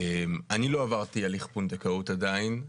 אני לא עברתי הליך פונדקאות עדיין,